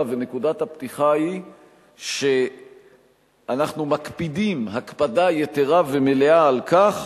ונקודת הפתיחה היא שאנחנו מקפידים הקפדה יתירה ומלאה על כך